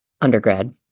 undergrad